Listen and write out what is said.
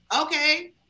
okay